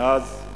מאז,